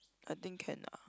I think can lah